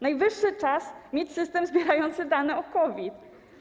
Najwyższy czas mieć system zbierający dane o COVID.